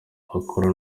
akora